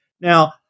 Now